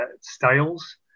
styles